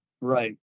Right